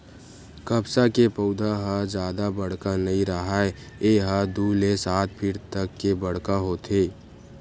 कपसा के पउधा ह जादा बड़का नइ राहय ए ह दू ले सात फीट तक के बड़का होथे